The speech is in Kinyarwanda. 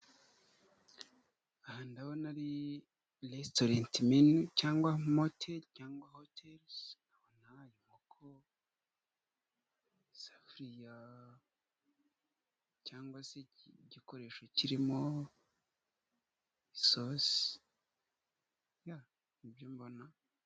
Aha ndabona ari restaurant mini cyangwa motel cyangwa hotel, ndabona inkoko, isafuriya cyangwa se igikoresho kirimo isosi yabyo mbona.